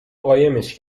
قایمش